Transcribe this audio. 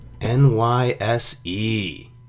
NYSE